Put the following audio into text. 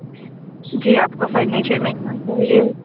جی آپ کو فرنیچر میں کہاں چاہیے